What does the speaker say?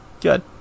good